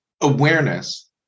awareness